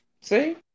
See